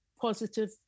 positive